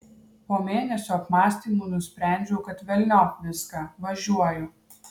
po mėnesio apmąstymų nusprendžiau kad velniop viską važiuoju